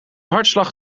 hartslag